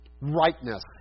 rightness